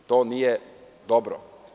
To nije dobro.